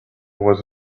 was